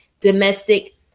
domestic